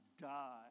die